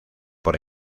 por